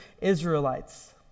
Israelites